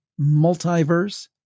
multiverse